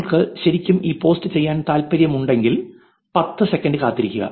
നിങ്ങൾക്ക് ശരിക്കും ഈ പോസ്റ്റ് ചെയ്യാൻ താൽപ്പര്യമുണ്ടെങ്കിൽ പത്ത് സെക്കൻഡ് കാത്തിരിക്കുക